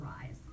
rise